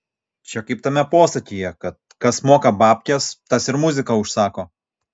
čia kaip tame posakyje kad kas moka babkes tas ir muziką užsako